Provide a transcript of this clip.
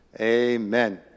amen